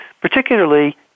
particularly